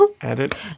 Edit